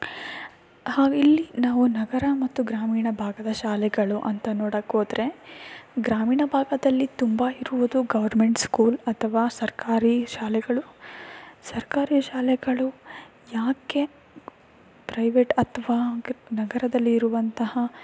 ಹಾವಿಲ್ಲಿ ನಾವು ನಗರ ಮತ್ತು ಗ್ರಾಮೀಣ ಭಾಗದ ಶಾಲೆಗಳು ಅಂತ ನೋಡಕ್ಕೆ ಹೋದ್ರೆ ಗ್ರಾಮೀಣ ಭಾಗದಲ್ಲಿ ತುಂಬ ಇರುವುದು ಗೌರ್ಮೆಂಟ್ ಸ್ಕೂಲ್ ಅಥವಾ ಸರ್ಕಾರಿ ಶಾಲೆಗಳು ಸರ್ಕಾರಿ ಶಾಲೆಗಳು ಯಾಕೆ ಪ್ರೈವೇಟ್ ಅಥವಾ ನಗರದಲ್ಲಿರುವಂತಹ